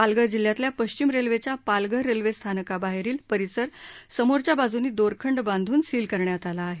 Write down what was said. पालघर जिल्ह्यातल्या पश्चिम रेल्वेच्या पालघर रेल्वे स्थानकाबाहेरील परिसर समोरच्या बाजूंनी दोरखंड बांधून सील करण्यात आला आहे